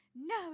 no